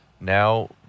Now